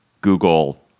Google